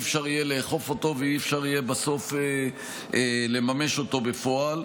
יהיה אפשר לאכוף אותו ולא יהיה אפשר בסוף לממש אותו בפועל.